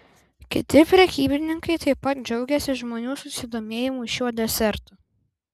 kiti prekybininkai taip pat džiaugėsi žmonių susidomėjimu šiuo desertu